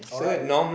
alright